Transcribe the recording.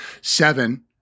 seven